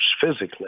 physically